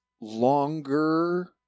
longer